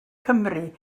cymru